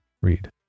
Read